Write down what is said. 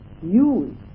use